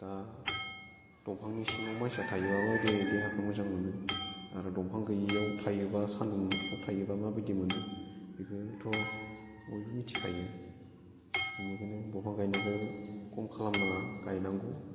दंफांनि सिङाव मानसिया थायोबाबो बे देहाखौ मोजां मोनो आरो दंफां गैयिआव थायोबा सान्दुङाव थायोबा माबायदि मोनो बेखौथ' बयबो मिथिखायो बेनिखायनो दंफां गायनायखौ खम खालामनाङा गायनांगौ